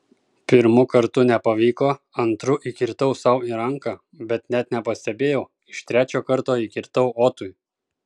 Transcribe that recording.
pirmu kartu nepavyko antru įkirtau sau į ranką bet net nepastebėjau iš trečio karto įkirtau otui